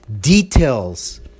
details